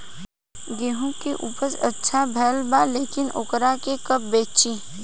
गेहूं के उपज अच्छा भेल बा लेकिन वोकरा के कब बेची?